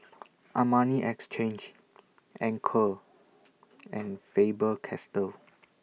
Armani Exchange Anchor and Faber Castell